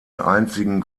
einzigen